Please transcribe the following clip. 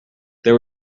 there